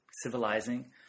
civilizing